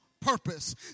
purpose